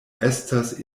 estas